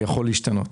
יכול להשתנות.